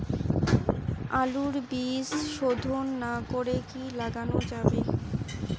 আলুর বীজ শোধন না করে কি লাগানো যাবে?